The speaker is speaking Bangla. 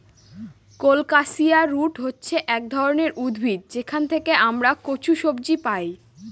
কোলকাসিয়া রুট হচ্ছে এক ধরনের উদ্ভিদ যেখান থেকে আমরা কচু সবজি পাই